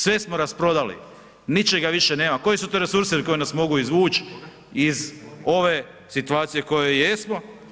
Sve smo rasprodali, ničega više nema, koji su to resursi koji nas mogu izvući iz ove situacije u kojoj jesmo.